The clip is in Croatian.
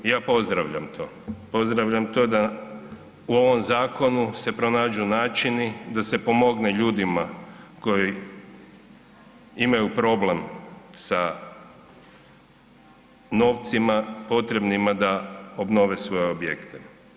I ja pozdravljam to, pozdravljam to da u ovom zakonu se pronađu načini da se pomogne ljudima koji imaju problem sa novcima potrebnima da obnove svoje objekte.